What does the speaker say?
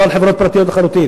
לא על חברות פרטיות לחלוטין,